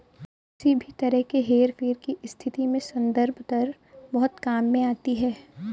किसी भी तरह के हेरफेर की स्थिति में संदर्भ दर बहुत काम में आती है